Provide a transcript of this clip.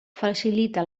facilita